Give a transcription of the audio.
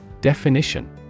Definition